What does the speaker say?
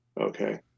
okay